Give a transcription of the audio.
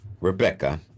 Rebecca